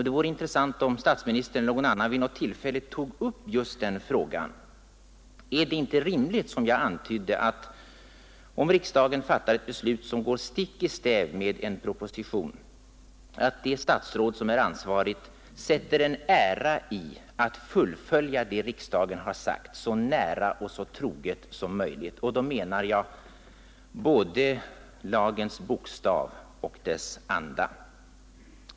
Det vore intressant om statsministern eller någon annan vid tillfälle tog upp just frågan om det inte är rimligt att — som jag antydde — när riksdagen fattar ett beslut, som går stick i stäv mot en proposition, det ansvariga statsrådet sätter en ära i att så nära och så troget som möjligt fullfölja vad riksdagen har sagt. Då menar jag både lagens bokstav och dess anda!